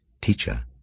Teacher